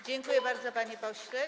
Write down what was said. Dziękuję bardzo, panie pośle.